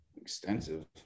extensive